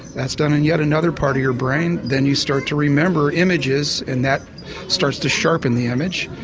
that's done in yet another part of your brain, then you start to remember images and that starts to sharpen the image.